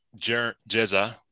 Jezza